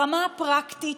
ברמה הפרקטית,